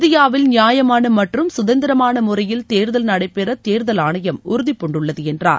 இந்தியாவில் நியாயமான மற்றும் கதந்திரமான முறையில் தேர்தல் நடைபெற தேர்தல் ஆணையம் உறுதிபூண்டுள்ளது என்றார்